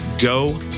go